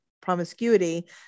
promiscuity